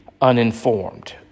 uninformed